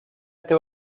este